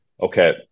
okay